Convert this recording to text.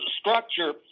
structure